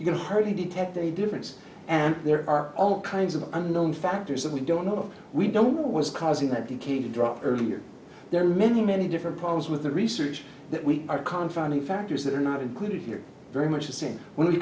you can hardly detect a difference and there are all kinds of unknown factors that we don't know we don't know what was causing that became to drop earlier there are many many different problems with the research that we are confound the factors that are not included here very much the same when you